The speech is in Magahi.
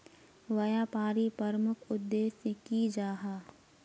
व्यापारी प्रमुख उद्देश्य की जाहा?